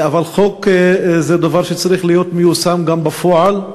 אבל חוק זה דבר שצריך להיות מיושם גם בפועל,